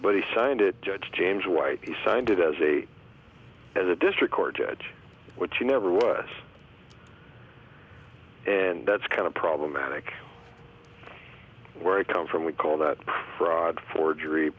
but he signed it judge james whitey signed it as a as a district court judge which you never was and that's kind of problematic where i come from we call that fraud forgery